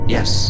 Yes